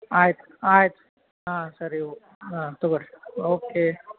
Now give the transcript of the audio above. ಆಯ್ತು ಆಯ್ತು ಹಾಂ ಸರಿ ಓ ಹಾಂ ತಗೋರಿ ಓಕೆ